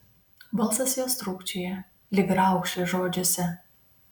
balsas jos trūkčioja lyg raukšlė žodžiuose